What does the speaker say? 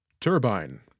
Turbine